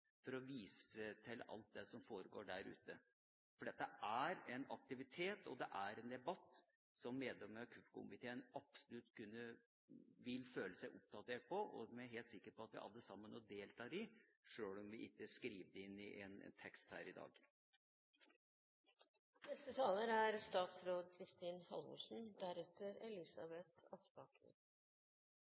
for å vise til alt det som foregår der ute. Dette er en aktivitet, og det er en debatt som medlemmer av kirke-, utdannings- og forskningskomiteen absolutt bør føle seg oppdatert på, og som jeg er helt sikker på at vi alle også deltar i, sjøl om vi ikke skriver det inn i en tekst her i dag.